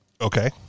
Okay